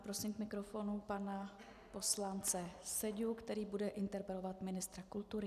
Prosím k mikrofonu pana poslance Seďu, který bude interpelovat ministra kultury.